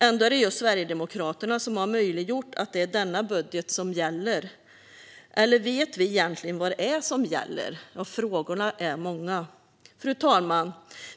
Ändå är det just Sverigedemokraterna som har möjliggjort att det är denna budget som gäller. Eller vet vi egentligen vad det är som gäller? Frågorna är många. Fru talman!